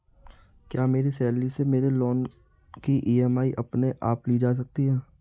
क्या मेरी सैलरी से मेरे लोंन की ई.एम.आई अपने आप ली जा सकती है?